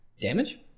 damage